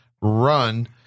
run